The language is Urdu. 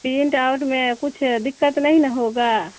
پرنٹ آؤٹ میں کچھ دقت نہیں نا ہوگا